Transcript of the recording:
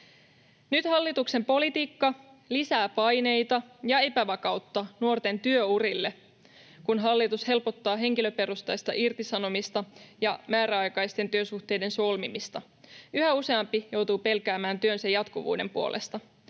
Nyt hallituksen politiikka lisää paineita ja epävakautta nuorten työurille, kun hallitus helpottaa henkilöperusteista irtisanomista ja määräaikaisten työsuhteiden solmimista. Yhä useampi joutuu pelkäämään työnsä jatkuvuuden puolesta.